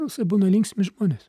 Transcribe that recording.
rusai būna linksmi žmonės